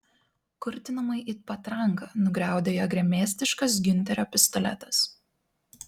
kurtinamai it patranka nugriaudėjo gremėzdiškas giunterio pistoletas